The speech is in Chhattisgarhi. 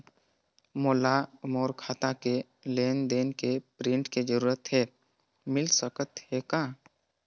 मोला मोर खाता के लेन देन के प्रिंट के जरूरत हे मिल सकत हे का?